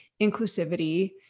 inclusivity